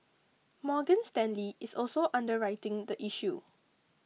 Morgan Stanley is also underwriting the issue